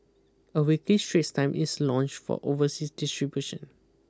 a weekly Straits Time is launch for overseas distribution